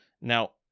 now